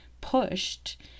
pushed